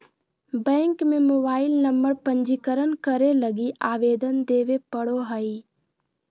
bank में mobile number पंजीकरण करे लगी आवेदन देबे पड़ो हइ